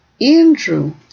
Andrew